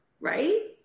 Right